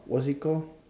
what is it call